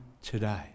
today